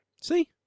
See